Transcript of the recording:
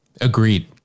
Agreed